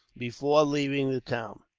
before leaving the town,